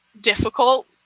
difficult